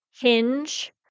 Hinge